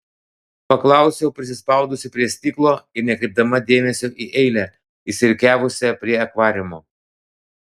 paklausiau prisispaudusi prie stiklo ir nekreipdama dėmesio į eilę išsirikiavusią prie akvariumo